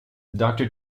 doctor